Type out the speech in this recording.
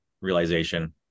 realization